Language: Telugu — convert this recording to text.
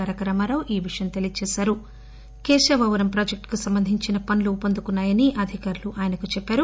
తారకరామారావు ఈ విషయం తెలియచేస్తారు కేశవాపురం ప్రాజెక్టుకు సంబంధించిన పనులు ఊపందుకున్నా యని అధికారులు ఆయనకు తెలియజేశారు